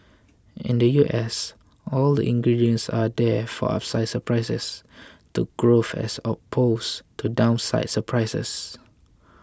in the U S all the ingredients are there for upside surprises to growth as opposed to downside surprises